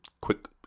quick